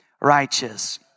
righteous